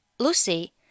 Lucy